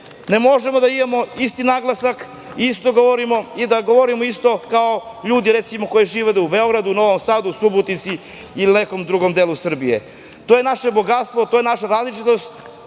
ne možemo da imamo isti naglasak i da isto govorimo kao i ljudi koji žive u Beogradu, Novom Sadu, Subotici ili nekom drugom delu Srbije. To je naše bogatstvo, to je naša različitost